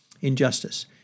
injustice